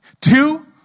Two